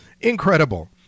Incredible